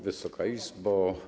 Wysoka Izbo!